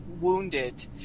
wounded